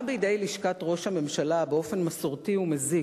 בידי לשכת ראש הממשלה באופן מסורתי ומזיק,